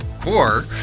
core